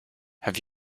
have